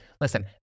listen